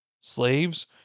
Slaves